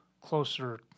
closer